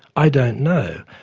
i don't know.